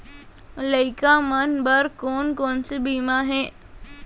लइका मन बर कोन कोन से बीमा हे?